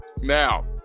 Now